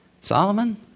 Solomon